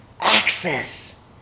access